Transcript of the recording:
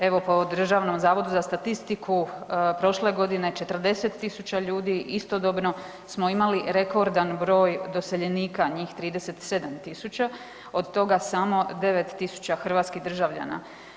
Evo pa u Držanom zavodu za statistiku prošle godine 40.000 ljudi istodobno smo imali rekordan broj doseljenika njih 37.000 od toga samo 9.000 hrvatskih državljana.